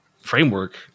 framework